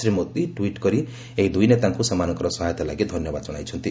Shri Modi tweet କରି ଏହି ଦୁଇ ନେତାଙ୍କୁ ସେମାନଙ୍କର ସହାୟତା ଲାଗି ଧନ୍ୟବାଦ ଜଣାଇଛନ୍ତି